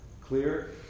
Clear